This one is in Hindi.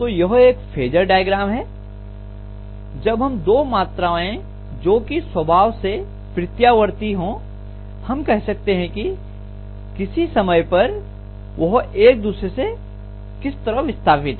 तो यह फेजर डायग्राम है जब हम दो मात्राएं जो कि स्वभाव से प्रत्यावर्ती हों हम कह सकते हैं की किसी समय पर वह एक दूसरे से किस तरह विस्थापित हैं